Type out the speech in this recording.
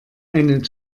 einen